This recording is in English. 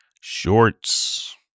Shorts